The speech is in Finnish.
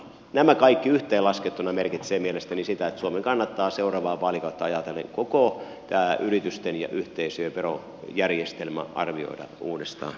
nämä kaikki yhteenlaskettuna merkitsevät mielestäni sitä että suomen kannattaa seuraavaa vaalikautta ajatellen koko tämä yritysten ja yhteisöjen verojärjestelmä arvioida uudestaan